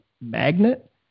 magnet